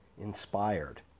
inspired